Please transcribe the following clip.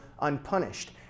unpunished